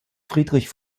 friedrich